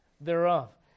thereof